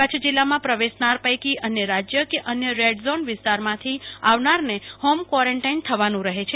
કચ્છ જિલ્લામાં પ્રવેશનાર પૈકી અન્ય રાજય કે અન્ય રેડઝોન જિલ્લામાંથી આવનારને ફોમ કવોરેન્ટાઇન થવાનું રહે છે